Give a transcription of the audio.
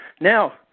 Now